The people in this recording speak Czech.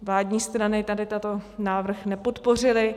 Vládní strany tady tento návrh nepodpořily.